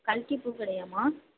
கல்கி பூ கடையாமா